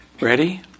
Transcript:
Ready